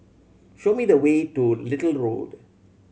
show me the way to Little Road